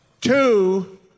two